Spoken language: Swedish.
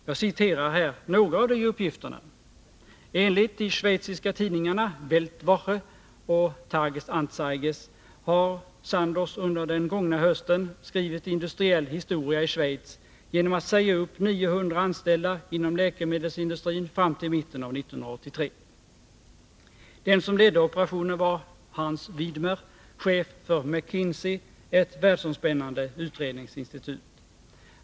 Jag citerar här några av de uppgifterna: ”Enligt de schweiziska tidningarna Weltwoche och Tages Anzeiges har Sandoz under den gångna hösten skrivit industriell historia i Schweiz genom att säga upp 900 anställda inom läkemedelsindustrin fram till mitten av 1983. Den som ledde operationen var Hans Widmer, chef för McKinsey, ett världsomspännande utredningsinstitut.